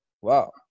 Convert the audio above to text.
Wow